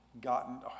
gotten